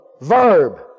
verb